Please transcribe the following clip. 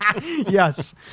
Yes